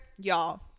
y'all